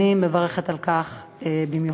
אני מברכת על כך במיוחד.